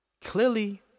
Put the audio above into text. Clearly